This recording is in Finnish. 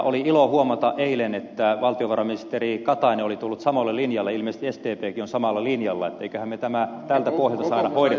oli ilo huomata eilen että valtiovarainministeri katainen oli tullut samoille linjoille ilmeisesti sdpkin on samalla linjalla että eiköhän me tämä tältä pohjalta saada hoidettua